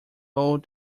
old